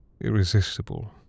irresistible